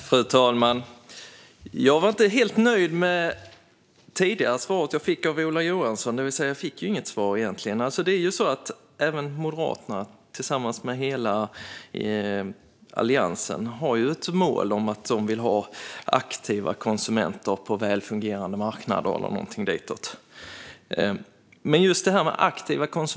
Fru talman! Jag var inte helt nöjd med det tidigare svaret jag fick av Ola Johansson, det vill säga: Jag fick egentligen inget svar. Även Moderaterna, tillsammans med hela Alliansen, har ju som mål aktiva konsumenter på en väl fungerande marknad - eller någonting ditåt.